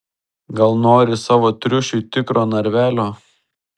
gal nori savo triušiui tikro narvelio